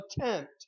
attempt